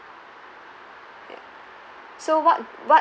so what what